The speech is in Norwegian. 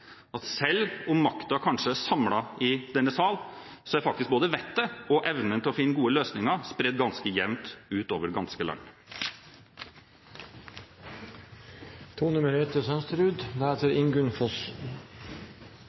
at selv om makten kanskje er samlet i denne sal, er faktisk både vettet og evnen til å finne gode løsninger spredt ganske jevnt utover det ganske land.